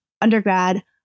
undergrad